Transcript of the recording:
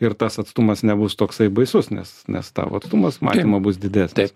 ir tas atstumas nebus toksai baisus nes nes tavo atstumas matymo bus didesnis